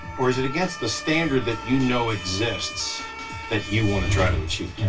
or is it against the standard that you know exists that you want to try to achieve?